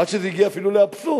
עד שזה הגיע אפילו לאבסורד,